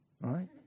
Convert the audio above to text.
right